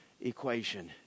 equation